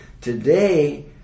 Today